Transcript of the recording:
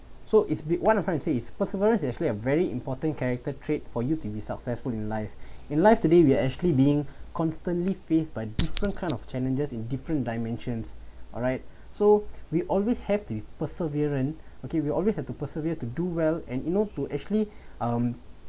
so is what I'm trying to say is perseverance you actually a very important character trait for you to be successful in life in life today we are actually being constantly faced by different kind of challenges in different dimensions alright so we always have the perseverance okay we always have to persevere to do well and you know to actually um